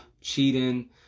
cheating